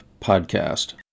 podcast